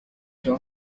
top